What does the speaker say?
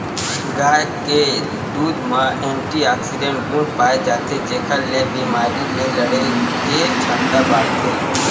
गाय के दूद म एंटीऑक्सीडेंट गुन पाए जाथे जेखर ले बेमारी ले लड़े के छमता बाड़थे